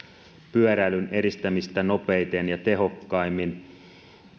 pyöräilyn edistämistä nopeiten ja tehokkaimmin